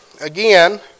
again